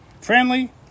friendly